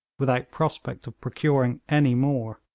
without prospect of procuring any more.